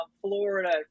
Florida